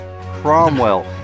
Cromwell